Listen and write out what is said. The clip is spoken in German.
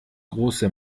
große